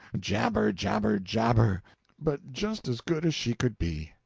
jabber, jabber, jabber but just as good as she could be.